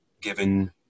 given